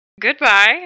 Goodbye